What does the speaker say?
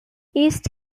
east